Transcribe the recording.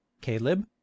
Caleb